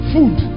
Food